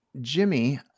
Jimmy